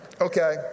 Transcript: Okay